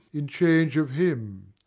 in change of him.